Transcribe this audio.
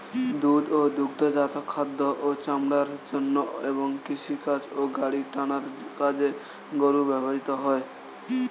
দুধ ও দুগ্ধজাত খাদ্য ও চামড়ার জন্য এবং কৃষিকাজ ও গাড়ি টানার কাজে গরু ব্যবহৃত হয়